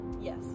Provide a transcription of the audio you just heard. Yes